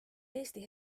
eesti